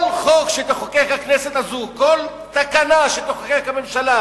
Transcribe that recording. כל חוק שתחוקק הכנסת הזאת וכל תקנה שתתקין הממשלה